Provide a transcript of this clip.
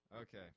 Okay